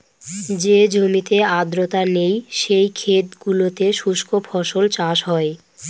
যে জমিতে আর্দ্রতা নেই, সেই ক্ষেত গুলোতে শুস্ক ফসল চাষ হয়